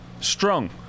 Strong